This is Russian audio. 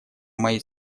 моей